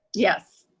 yes.